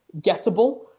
gettable